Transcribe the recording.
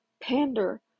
pander